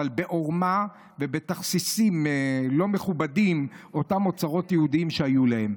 בעורמה ובתכסיסים לא מכובדים אותם אוצרות יהודיים שהיו להם.